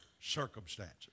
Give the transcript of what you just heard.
circumstances